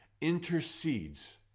intercedes